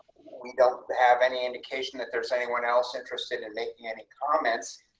we don't have any indication that there's anyone else interested in making any comments.